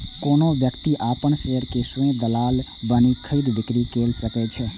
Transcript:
कोनो व्यक्ति अपन शेयर के स्वयं दलाल बनि खरीद, बिक्री कैर सकै छै